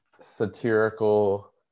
satirical